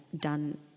done